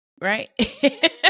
Right